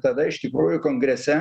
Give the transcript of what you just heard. tada iš tikrųjų kongrese